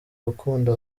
gukunda